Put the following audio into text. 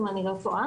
אם אני לא טועה.